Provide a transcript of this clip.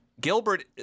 Gilbert